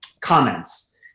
comments